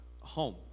home